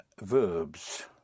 verbs